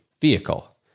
vehicle